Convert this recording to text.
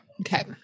Okay